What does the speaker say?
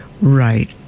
Right